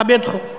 מכבד חוק,